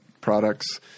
Products